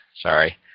Sorry